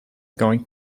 going